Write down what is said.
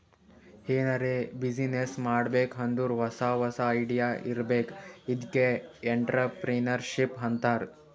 ಎನಾರೇ ಬಿಸಿನ್ನೆಸ್ ಮಾಡ್ಬೇಕ್ ಅಂದುರ್ ಹೊಸಾ ಹೊಸಾ ಐಡಿಯಾ ಇರ್ಬೇಕ್ ಅದ್ಕೆ ಎಂಟ್ರರ್ಪ್ರಿನರ್ಶಿಪ್ ಅಂತಾರ್